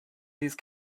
these